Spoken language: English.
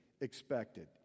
expected